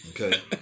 Okay